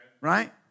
right